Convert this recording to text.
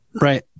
Right